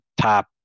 top